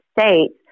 states